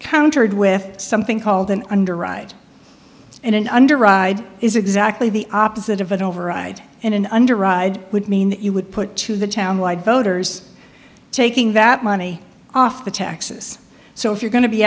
countered with something called an under ride in an under ride is exactly the opposite of an override and an under ride would mean that you would put to the town wide voters taking that money off the taxes so if you're going to be